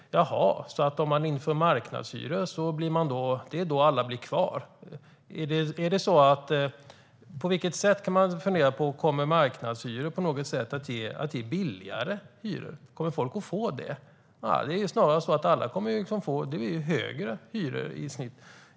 Jaha, så om man inför marknadshyror blir alla kvar. På vilket sätt, kan man fundera på, kommer marknadshyror att ge billigare hyror? Kommer folk att få det? Nej, alla kommer snarare att få högre hyror i snitt.